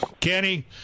Kenny